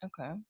Okay